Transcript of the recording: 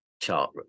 chart